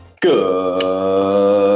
Good